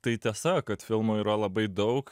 tai tiesa kad filmų yra labai daug